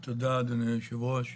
תודה אדוני היו"ר.